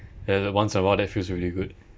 ya that once awhile that feels really good